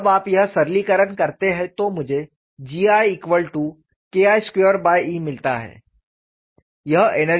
और जब आप यह सरलीकरण करते हैं तो मुझे GIKI2E मिलता है